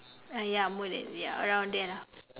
ah ya more than ya around there lah